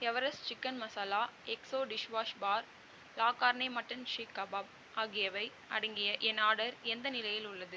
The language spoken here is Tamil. Everest chicken masala Exo dishwash bar la carne mutton seekh kebab ஆகியவை அடங்கிய என் ஆர்டர் எந்த நிலையில் உள்ளது